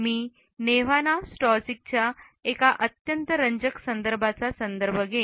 मी नेव्हाना स्टॅजिकच्या एका अत्यंत रंजक लेखाचा संदर्भ घेईन